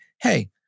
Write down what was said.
hey